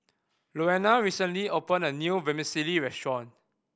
Louanna recently opened a new Vermicelli restaurant